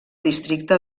districte